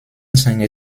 seine